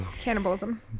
cannibalism